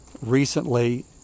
recently